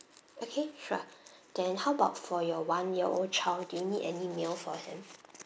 okay sure then how about for your one year old child do you need any meal for him